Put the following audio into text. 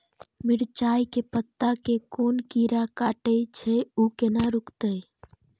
मिरचाय के पत्ता के कोन कीरा कटे छे ऊ केना रुकते?